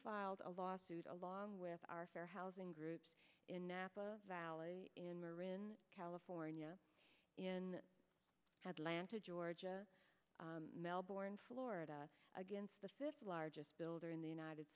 filed a lawsuit along with our fair housing groups in napa valley in or in california in atlanta georgia melbourne florida against the fifth largest builder in the united